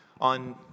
On